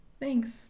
Thanks